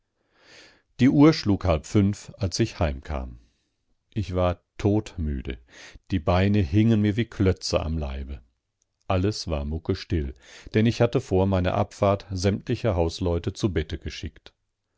die uhr schlug halb fünf als ich heimkam ich war todmüde die beine hingen mir wie klötze am leibe alles war muckestill denn ich hatte vor meiner abfahrt sämtliche hausleute zu bette geschickt